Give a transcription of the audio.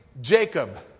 Jacob